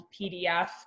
PDF